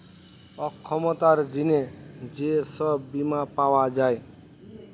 অক্ষমতার জিনে যে সব বীমা পাওয়া যায়